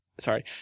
Sorry